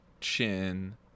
chin